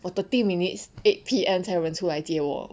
for thirty minutes eight P_M 才有人出来接我